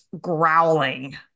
growling